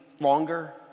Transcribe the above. longer